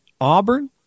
Auburn